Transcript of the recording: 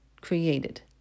created